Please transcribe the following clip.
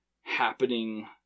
happening